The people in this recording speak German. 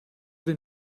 den